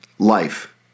Life